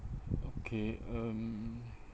okay um